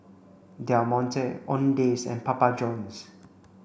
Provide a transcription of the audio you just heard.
Del Monte Owndays and Papa Johns